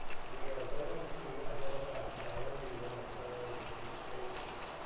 we are going to identify priority one and priority two spaces